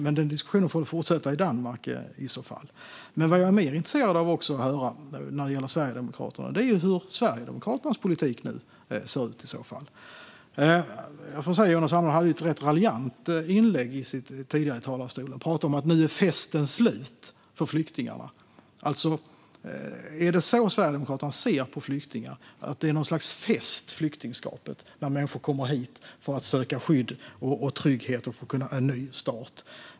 Men denna diskussion får fortsätta i Danmark i så fall. Det som jag är mer intresserad av att få höra när det gäller Sverigedemokraterna är hur deras politik nu ser ut i så fall. Jonas Andersson hade ett rätt raljant inlägg tidigare. Han talade om att festen nu är slut för flyktingarna. Är det så Sverigedemokraterna ser på flyktingar, att flyktingskapet är något slags fest när människor kommer hit för att söka skydd och trygghet och kunna få en ny start?